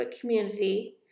community